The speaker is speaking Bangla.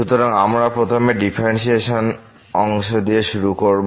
সুতরাং আমরা প্রথমে ডিফারেন্শিয়েশন অংশ দিয়ে শুরু করব